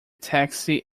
taxi